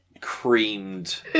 creamed